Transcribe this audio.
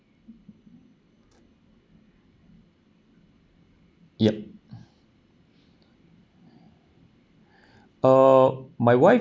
yup uh my wife